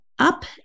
up